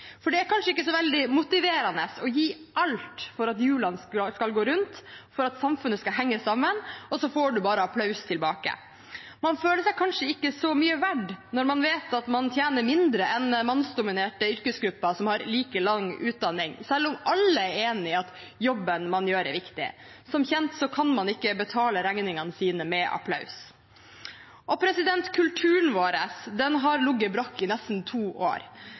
For det er kanskje ikke så veldig motiverende å gi alt for at hjulene skal gå rundt, for at samfunnet skal henge sammen, og så får man bare applaus tilbake. Man føler seg kanskje ikke så mye verdt når man vet at man tjener mindre enn mannsdominerte yrkesgrupper som har like lang utdanning, selv om alle er enig i at jobben man gjør, er viktig. Som kjent kan man ikke betale regningene sine med applaus. Kulturen vår har ligget brakk i nesten to år.